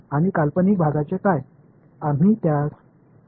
மேலும் கற்பனை பகுதி என்ன தரப்போகிறது